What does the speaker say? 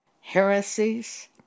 heresies